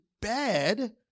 bad